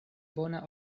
bona